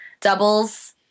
Doubles